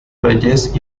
reyes